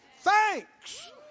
thanks